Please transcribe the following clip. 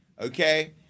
Okay